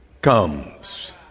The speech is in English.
comes